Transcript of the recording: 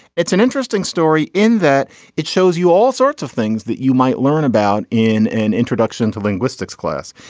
it's an interesting story in that it shows you all sorts of things that you might learn about in an introduction to linguistics class.